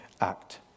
Act